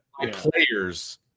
Players